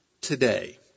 today